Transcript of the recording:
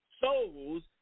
souls